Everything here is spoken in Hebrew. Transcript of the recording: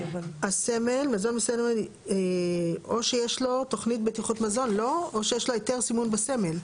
או שיש לו תוכנית בטיחות מזון או שיש לו היתר סימון בסמל.